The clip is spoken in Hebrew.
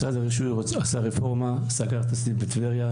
משרד הרישוי עשה רפורמה, סגר את הסניף בטבריה.